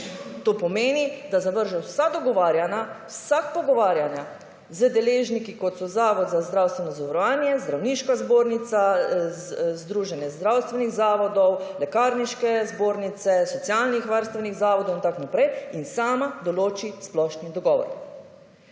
To pomeni, da zavrže vsa dogovarjanja, vsa pogovarjanja z deležniki kot so Zavod za zdravstveno zavarovanje, Zdravniška zbornica, Združenje zdravstvenih zavodov, Lekarniške zbornice socialnih varstvenih zavodov in tako naprej in sama določi splošni dogovor.